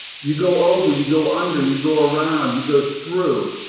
you go over, you go under, you go around, you go through.